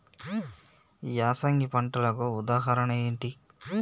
యాసంగి పంటలకు ఉదాహరణ ఏంటి?